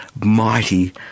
mighty